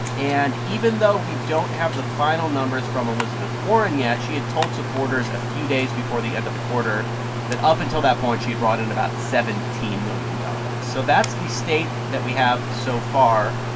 and even though we don't have the final numbers from elizabeth warren yet, she had told supporters a few days before the end of the quarter that up until that point, she had brought in about seventeen million dollars. so that's the state that we have so far.